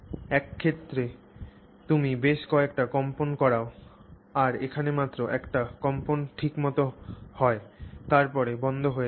এক ক্ষেত্রে তুমি বেশ কয়েকটি কম্পন করাও আর এখানে মাত্র একটি কম্পন ঠিক মত হয় তারপরে বন্ধ হয়ে যায়